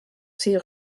ces